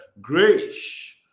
grace